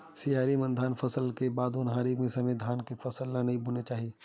सियारी म धान के फसल ले के बाद म ओन्हारी के समे फेर धान के फसल नइ बोना चाही